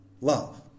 Love